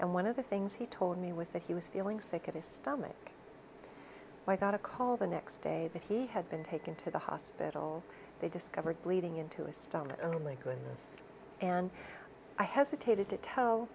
and one of the things he told me was that he was feeling sick in his stomach so i got a call the next day that he had been taken to the hospital they discovered bleeding into his stomach oh my goodness and i hesitated to tell